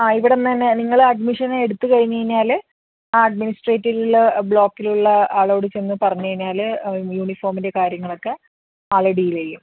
ആ ഇവിടെ നിന്ന് തന്നെ നിങ്ങൾ അഡ്മിഷന് എടുത്ത് കഴിഞ്ഞു കഴിഞ്ഞാൽ ആ അഡ്മിനിസ്ട്രേറ്റീവിലുള്ള ബ്ലോക്കിലുള്ള ആളോട് ചെന്ന് പറഞ്ഞ് കഴിഞ്ഞാൽ യൂണിഫോമിൻ്റെ കാര്യങ്ങളൊക്കെ ആൾ ഡീല് ചെയ്യും